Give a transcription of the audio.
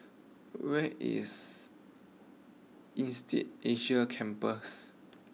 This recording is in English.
where is Insead Asia Campus